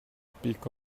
pick